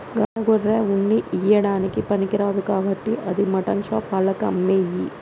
గా సిన్న గొర్రె ఉన్ని ఇయ్యడానికి పనికిరాదు కాబట్టి అది మాటన్ షాప్ ఆళ్లకి అమ్మేయి